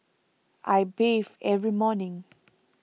I bathe every morning